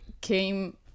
came